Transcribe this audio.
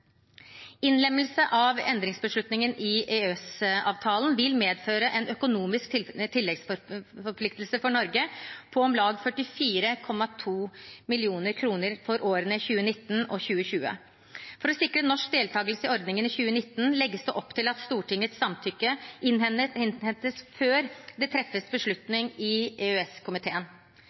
Innlemmelsen av endringsbeslutningen i EØS-avtalen vil medføre en økonomisk tilleggsforpliktelse for Norge på om lag 44,2 mill. kr for årene 2019 og 2020. For å sikre norsk deltakelse i ordningen i 2019 legges det opp til at Stortingets samtykke innhentes før det treffes beslutning i